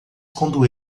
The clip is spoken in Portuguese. quando